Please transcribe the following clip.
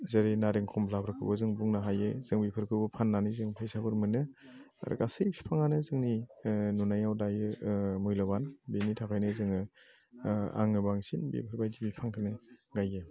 जेरै नारें खमलाफोरखौबो जों बुंनो हायो जों बेफोरखौबो फाननानै जों फैसाफोर मोनो आरो गासै फिफांआनो जोंनि नुनायाव दायो मैल'बान बिनि थाखायनो जोङो आङो बांसिन बेफोरबायदि फिफांखौनो गायो